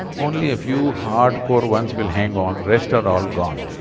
only a few hardcore ones will hang on, rest are all gone.